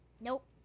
Nope